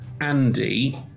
Andy